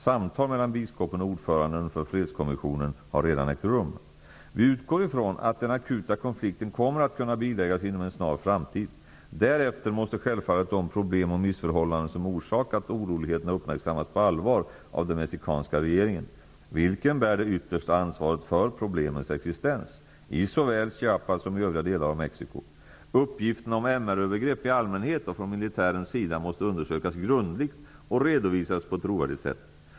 Samtal mellan biskopen och ordföranden för fredskommissionen har redan ägt rum. Vi utgår från att den akuta konflikten kommer att kunna biläggas inom en snar framtid. Därefter måste självfallet de problem och missförhållanden som har orsakat oroligheterna uppmärksammas på allvar av den mexikanska regeringen, vilken bär det yttersta ansvaret för problemens existens i såväl Chiapas som i övriga delar av Mexico. Uppgifterna om MR-övergrepp i allmänhet och från militärens sida måste undersökas grundligt och redovisas på ett trovärdigt sätt.